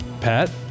Pat